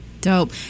Dope